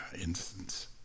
instance